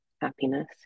happiness